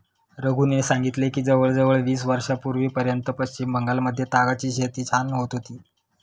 रघूने सांगितले की जवळजवळ वीस वर्षांपूर्वीपर्यंत पश्चिम बंगालमध्ये तागाची शेती छान होत होती